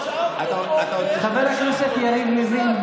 חבר הכנסת יריב לוין,